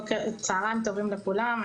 צוהריים טובים לכולם.